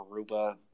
Aruba